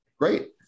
great